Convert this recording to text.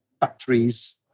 factories